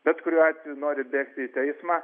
bet kuriuo atveju nori vesti į teismą